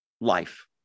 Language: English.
life